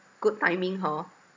good timing hor